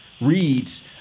reads